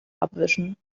abwischen